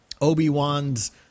Obi-Wan's